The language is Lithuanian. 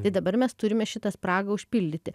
tai dabar mes turime šitą spragą užpildyti